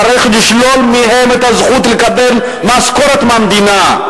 צריך לשלול מהם את הזכות לקבל משכורת מהמדינה.